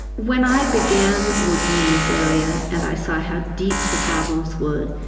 when i began working in this area and i saw how deep the problems were,